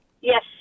Yes